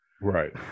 Right